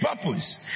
purpose